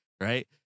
Right